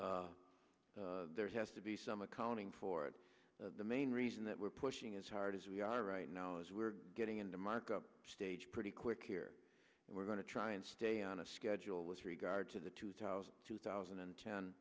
there has to be some accounting for it the main reason that we're pushing as hard as we are right now is we're getting into markup stage pretty quick here and we're going to try and stay on a schedule with regard to the two thousand two thousand and ten